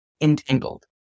entangled